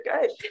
good